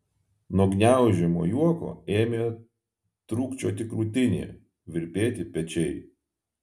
nuo gniaužiamo juoko ėmė trūkčioti krūtinė virpėti pečiai